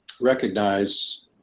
recognize